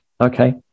Okay